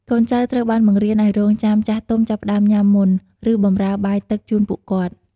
កូនចៅត្រូវបានបង្រៀនឱ្យរង់ចាំចាស់ទុំចាប់ផ្តើមញ៉ាំមុន ឬបម្រើបាយទឹកជូនពួកគាត់។